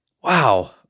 wow